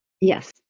Yes